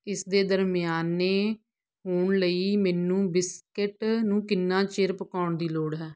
ਇਸ ਦੇ ਦਰਮਿਆਨੇ ਹੋਣ ਲਈ ਮੈਨੂੰ ਬ੍ਰਿਸਕੇਟ ਨੂੰ ਕਿੰਨਾਂ ਚਿਰ ਪਕਾਉਣ ਦੀ ਲੋੜ ਹੈ